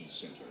center